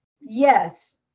Yes